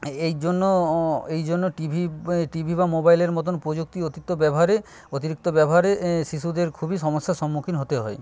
এইজন্য এইজন্য TV TV বা মোবাইলের মতন প্রযুক্তির অতিরিক্ত ব্যবহারে অতিরিক্ত ব্যবহারে শিশুদের খুবই সমস্যার সম্মুখীন হতে হয়